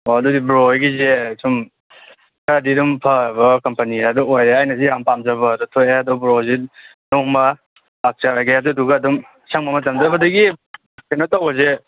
ꯑꯣ ꯑꯗꯨꯗꯤ ꯕ꯭ꯔꯣ ꯍꯣꯏꯒꯤꯁꯦ ꯁꯨꯝ ꯈꯔꯗꯤ ꯑꯗꯨꯝ ꯐꯕ ꯀꯝꯄꯅꯤ ꯑꯗꯣ ꯑꯣꯏꯔꯦ ꯑꯩꯅꯁꯨ ꯌꯥꯝ ꯄꯥꯝꯖꯕꯗꯣ ꯊꯣꯛꯑꯦ ꯑꯗꯣ ꯕ꯭ꯔꯣꯁꯦ ꯅꯣꯡꯃ ꯂꯥꯛꯆꯔꯒꯦ ꯑꯗꯨꯗꯨꯒ ꯑꯗꯨꯝ ꯑꯁꯪꯕ ꯃꯇꯝꯗ ꯑꯗꯒꯤ ꯀꯩꯅꯣ ꯇꯧꯕꯁꯦ